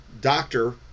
doctor